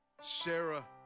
Sarah